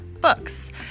books